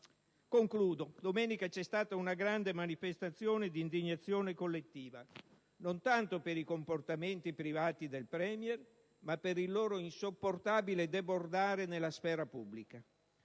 conclusione, domenica c'è stata una grande manifestazione di indignazione collettiva non tanto per i comportamenti privati del *Premier*, ma per il loro insopportabile debordare nella sfera pubblica.